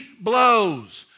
blows